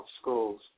schools